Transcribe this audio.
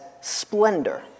splendor